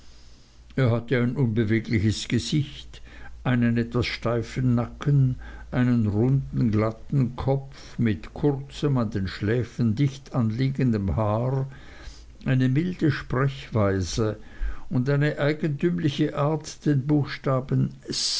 er hatte ein unbewegliches gesicht einen etwas steifen nacken einen runden glatten kopf mit kurzem an den schläfen dicht anliegendem haar eine milde sprechweise und eine eigentümliche art den buchstaben